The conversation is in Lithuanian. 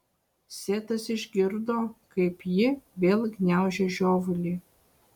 setas išgirdo kaip ji vėl gniaužia žiovulį